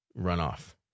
runoff